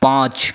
पाँच